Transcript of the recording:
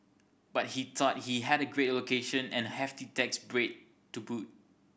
but he thought he had a great location and a hefty tax break to boot